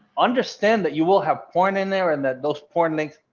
understand that you will have porn in there, and that those coordinates,